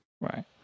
Right